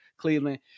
Cleveland